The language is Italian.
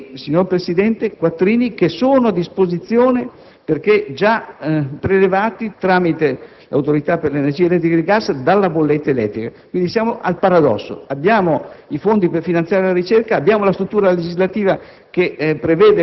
quattrini che sono a disposizione perché già prelevati, tramite l'Autorità per l'energia elettrica e il gas, dalla bolletta elettrica. Siamo al paradosso: abbiamo i fondi per finanziare la ricerca, abbiamo la struttura legislativa